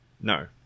No